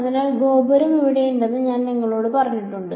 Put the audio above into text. അതിനാൽ ഗോപുരം ഇവിടെയുണ്ടെന്ന് ഞാൻ നിങ്ങളോട് പറഞ്ഞിട്ടുണ്ട്